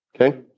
okay